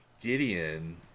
Gideon